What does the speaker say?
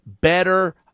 better